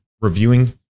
Reviewing